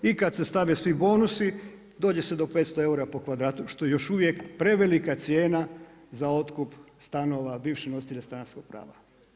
I kada se stave svi bonusi dođe se do 500 eura po kvadratu što je još uvijek prevelika cijena za otkup stanova bivših nositelja stanarskog prava.